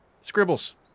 Scribbles